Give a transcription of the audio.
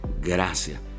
Gracias